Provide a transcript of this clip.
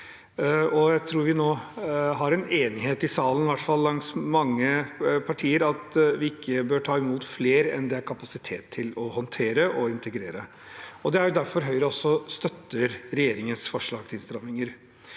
Jeg tror vi nå har en enighet i salen, i hvert fall blant mange partier, om at vi ikke bør ta imot flere enn det er kapasitet til å håndtere og integrere. Det er derfor Høyre også støtter regjeringens forslag til innstramminger.